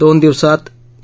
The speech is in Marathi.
दोन दिवसात ए